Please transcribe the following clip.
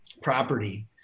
property